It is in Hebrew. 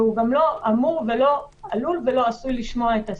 הוא גם לא אמור ולא עלול ולא עשוי לשמוע את השיחה.